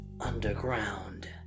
underground